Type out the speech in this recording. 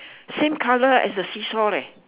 same colour as the sea shore leh